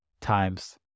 times